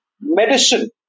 medicine